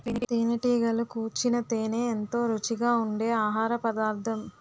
తేనెటీగలు కూర్చిన తేనే ఎంతో రుచిగా ఉండె ఆహారపదార్థం